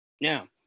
Now